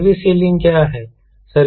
service ceiling क्या है